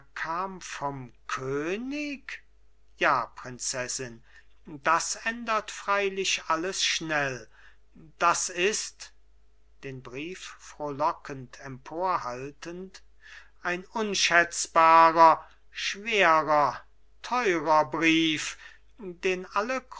kam vom könig ja prinzessin das ändert freilich alles schnell das ist den brief frohlockend emporhaltend ein unschätzbarer schwerer teurer brief den alle